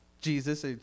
Jesus